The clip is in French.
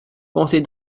pensez